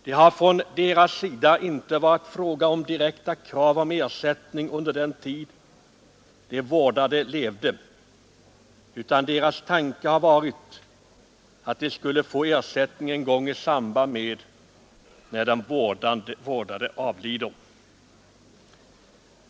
Det har från deras sida inte varit fråga om direkta krav på ersättning under den tid de vårdade levde, utan deras tanke har varit att de skulle få ersättning en gång i samband med att den vårdade avlider.